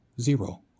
zero